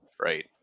right